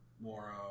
more